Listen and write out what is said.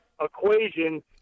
equation